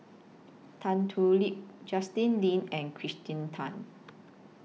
Tan Thoon Lip Justin Lean and Kirsten Tan